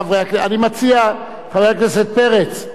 חבר הכנסת פרץ,